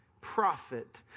prophet